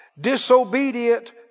disobedient